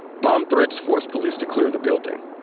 bomb threats forced police to clear the building